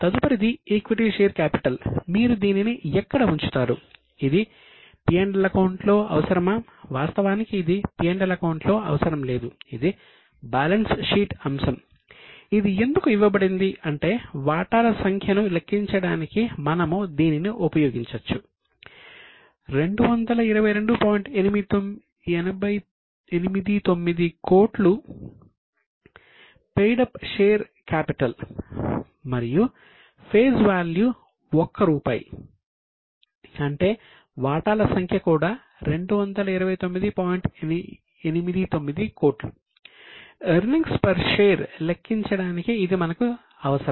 తదుపరిది equity share capital లెక్కించడానికి ఇది మనకు అవసరం